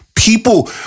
People